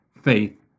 faith